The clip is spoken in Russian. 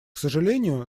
сожалению